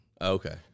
okay